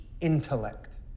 intellect